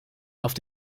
auf